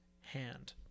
hand